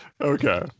Okay